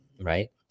right